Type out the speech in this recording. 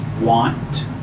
want